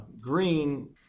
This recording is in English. Green